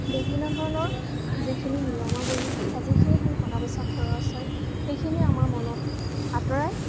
বিভিন্ন ধৰণৰ যিখিনি নিয়মাৱলী বা যিখিনি ধৰণ টকা পইচা খৰচ হয় সেইখিনি আমাৰ মনত আঁতৰাই